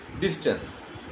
distance